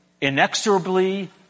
inexorably